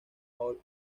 paul